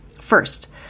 First